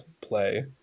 play